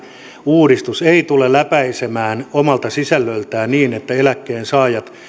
uudistus ei tule läpäisemään omalta sisällöltään niin että eläkkeensaajat